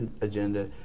agenda